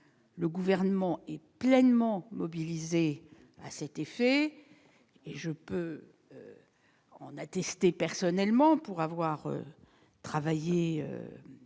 le Gouvernement est pleinement mobilisé à cet effet. Je peux en attester personnellement pour avoir travaillé